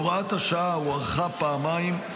הוראת השעה הוארכה פעמיים.